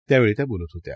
त्यावेळी त्या बोलत होत्या